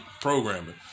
programming